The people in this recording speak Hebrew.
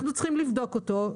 אנחנו צריכים לבדוק אותו,